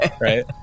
right